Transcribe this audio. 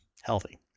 healthy